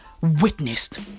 witnessed